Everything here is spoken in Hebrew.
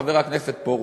חבר הכנסת פרוש.